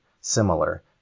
similar